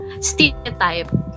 stereotype